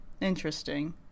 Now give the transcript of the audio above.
Interesting